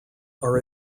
are